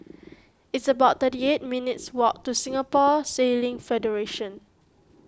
it's about thirty eight minutes' walk to Singapore Sailing Federation